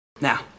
Now